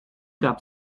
gab